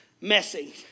messy